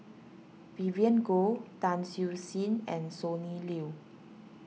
Vivien Goh Tan Siew Sin and Sonny Liew